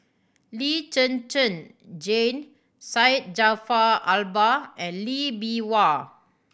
Lee Zhen Zhen Jane Syed Jaafar Albar and Lee Bee Wah